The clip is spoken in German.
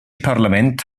parlament